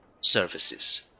services